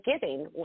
giving